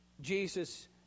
Jesus